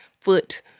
foot